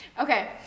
Okay